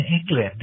england